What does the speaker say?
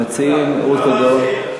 המציעים, רות קלדרון,